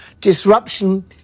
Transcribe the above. Disruption